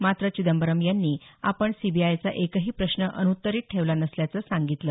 मात्र चिदंबरम यांनी आपण सीबीआयचा एकही प्रश्न अनुत्तरीत ठेवला नसल्याचं सांगितलं